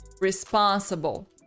responsible